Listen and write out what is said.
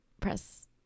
press